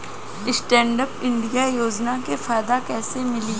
Stand up India योजना के फायदा कैसे मिली?